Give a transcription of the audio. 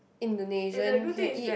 Indonesian you can eat